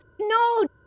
no